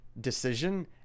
decision